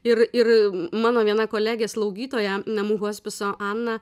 ir ir mano viena kolegė slaugytoja namų hospiso ana